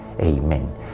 Amen